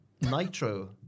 Nitro